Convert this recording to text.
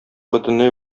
бөтенләй